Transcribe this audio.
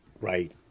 Right